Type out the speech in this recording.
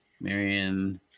Marion